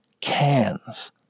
cans